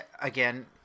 again